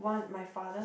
one my father's